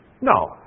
No